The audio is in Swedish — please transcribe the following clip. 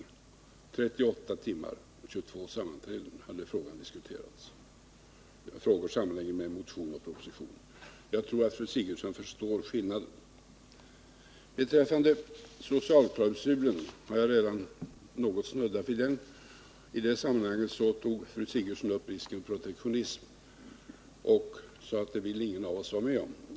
I 38 timmar under 22 sammanträden hade frågor sammanhängande med propositionen och motionerna diskuterats. Jag tror att fru Sigurdsen förstår skillnaden. När det gäller socialklausulen har jag redan något snuddat vid den. Fru Sigurdsen tog upp risken för protektionism i det sammanhanget och sade att ingen av oss vill vara med om det.